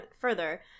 further